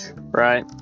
right